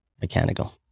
mechanical